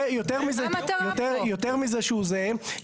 יותר מזה שהוא זהה,